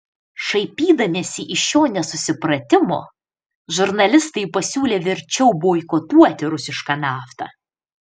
šaipydamiesi iš šio nesusipratimo žurnalistai pasiūlė verčiau boikotuoti rusišką naftą